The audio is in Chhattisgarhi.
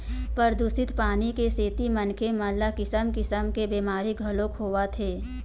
परदूसित पानी के सेती मनखे मन ल किसम किसम के बेमारी घलोक होवत हे